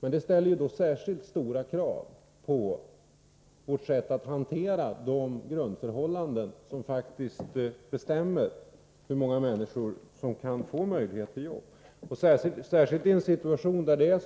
Men det ställer ju särskilt stora krav på vårt sätt att hantera de grundläggande förhållanden som bestämmer hur många människor som kan få möjlighet till jobb, särskilt i en situation där den höga